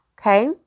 Okay